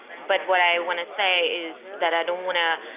but what i want to say is that i don't want to